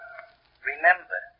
Remember